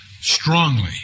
strongly